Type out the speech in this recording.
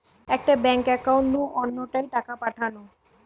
একটা bank account নু অন্য টায় টাকা পাঠানো